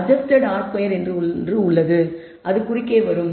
adjusted r square என்று ஒன்று உள்ளது அது குறுக்கே வரும்